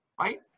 Right